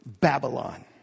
Babylon